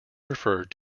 referred